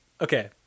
okay